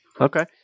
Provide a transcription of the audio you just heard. Okay